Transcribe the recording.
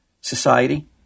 society